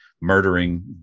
murdering